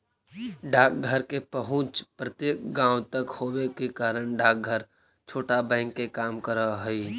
डाकघर के पहुंच प्रत्येक गांव तक होवे के कारण डाकघर छोटा बैंक के काम करऽ हइ